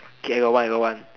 okay I got one I got one